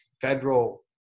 federal